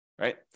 right